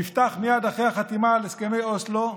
נפתח מייד אחרי החתימה על הסכמי אוסלו,